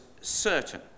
certain